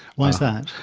why is that?